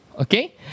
Okay